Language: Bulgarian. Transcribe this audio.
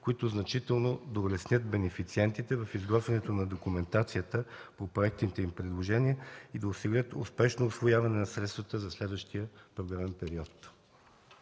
които значително да улеснят бенефициентите в изготвянето на документацията по проектните им предложения и да осигурят успешно усвояване на средствата за следващия програмен период.